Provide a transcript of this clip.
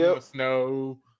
snow